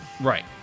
Right